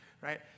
right